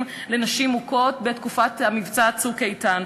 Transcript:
לנשים מוכות בתקופת המבצע "צוק איתן".